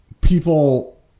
people